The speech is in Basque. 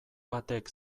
batek